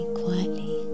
quietly